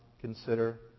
consider